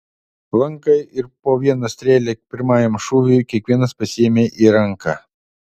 lanką ir po vieną strėlę pirmajam šūviui kiekvienas pasiėmė į ranką